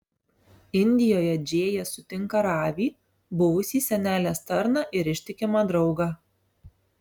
indijoje džėja sutinka ravį buvusį senelės tarną ir ištikimą draugą